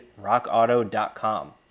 rockauto.com